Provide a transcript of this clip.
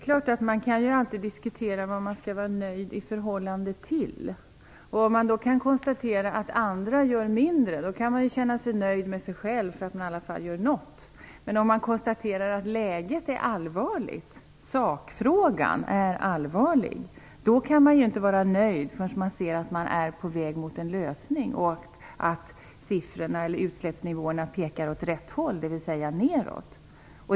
Herr talman! Man kan alltid diskutera vad man skall vara nöjd med i förhållande till. Om man kan konstatera att andra gör mindre, kan man känna sig nöjd med sig själv därför att man i alla fall gör någonting. Om man konstaterar att läget är allvarligt, sakfrågan är allvarlig, kan man inte vara nöjd förrän man ser att man är på väg mot en lösning och att utsläppsnivåerna pekar åt rätt håll, dvs. neråt.